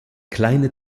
kleine